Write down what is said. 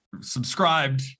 Subscribed